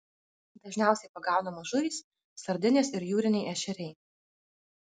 dažniausiai pagaunamos žuvys sardinės ir jūriniai ešeriai